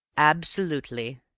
absolutely.